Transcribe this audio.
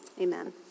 Amen